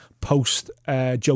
post-Joe